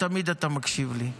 תמיד אתה מקשיב לי.